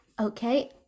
Okay